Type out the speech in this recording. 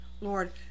Lord